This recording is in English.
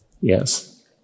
yes